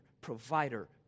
provider